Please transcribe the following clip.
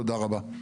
תודה רבה.